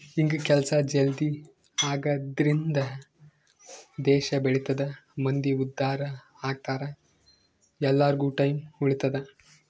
ಹಿಂಗ ಕೆಲ್ಸ ಜಲ್ದೀ ಆಗದ್ರಿಂದ ದೇಶ ಬೆಳಿತದ ಮಂದಿ ಉದ್ದಾರ ಅಗ್ತರ ಎಲ್ಲಾರ್ಗು ಟೈಮ್ ಉಳಿತದ